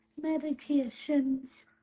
medications